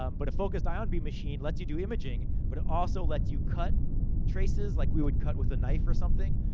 um but a focused ion beam machine, let's you do imaging, but it also lets you cut traces. like we would cut with a knife, or something.